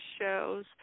shows